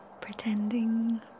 pretending